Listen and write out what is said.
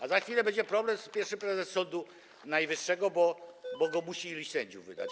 A za chwilę będzie problem z pierwszym prezesem Sądu Najwyższego, bo go musi iluś sędziów wybrać.